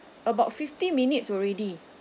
about fifty minutes already